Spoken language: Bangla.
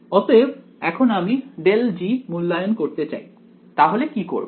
অতএব এখন আমি ∇g মূল্যায়ন করতে চাই তাহলে কি করবো